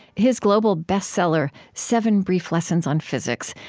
his global bestseller, seven brief lessons on physics,